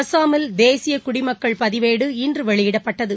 அஸ்ஸாமில் தேசிய குடிமக்கள் பதிவேடு இன்று வெளியிடப்பட்டது